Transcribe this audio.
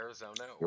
Arizona